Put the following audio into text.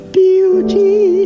beauty